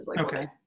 Okay